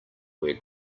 where